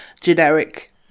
generic